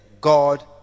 God